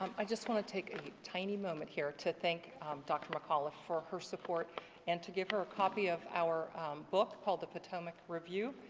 um i just want to take a tiny moment here to thank dr. mcauliffe for her support and to give her a copy of our book called the potomac review.